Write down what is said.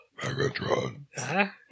Megatron